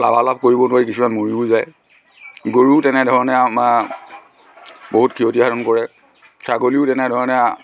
লাভালাভ কৰিব নোৱাৰি কিছুমান মৰিও যায় গৰু তেনেধৰণে আমাৰ বহুত ক্ষতি সাধন কৰে ছাগলীও তেনেধৰণে